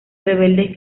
rebeldes